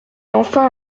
enfin